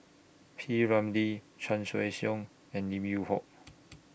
P Ramlee Chan Choy Siong and Lim Yew Hock